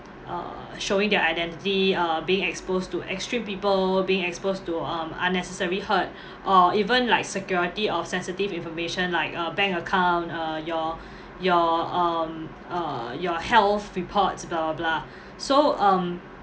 uh showing their identity uh being exposed to extreme people being exposed to um unnecessary hurt or even like security of sensitive information like uh bank account uh your your um uh your health reports blah blah so um